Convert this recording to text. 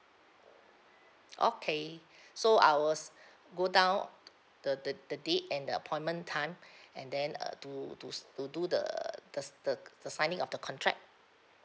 okay so I was go down the the the date and the appointment time and then uh to to s~ to do the the s~ the the signing of the contract